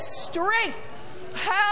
strength